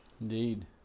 Indeed